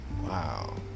wow